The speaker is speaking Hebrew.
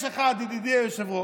מוקש אחד, ידידי היושב-ראש,